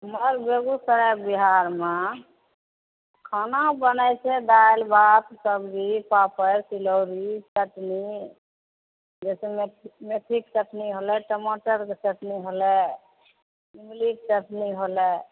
इमहर बेगुसराय बिहारमे खाना बनै छै दालि भात सब्जी पापड़ तिलौड़ी चटनी जैसेमे मेथीके चटनी होलै टमाटरके चटनी होलै इमलीके चटनी होलै